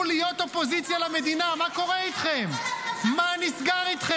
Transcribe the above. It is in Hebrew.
אנחנו במלחמה, למה אתה מביא את החוק